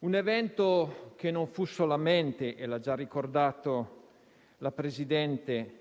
un evento che non fu solamente - l'ha già ricordato il Presidente